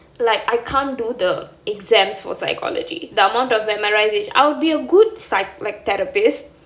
like I can't do the exams for psychology the amount of memorisation I will be a good pysc~ like therapist